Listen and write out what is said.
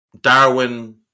Darwin